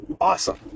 awesome